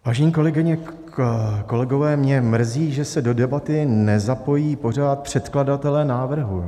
Vážené kolegyně, kolegové, mě mrzí, že se do debaty nezapojují pořád předkladatelé návrhu.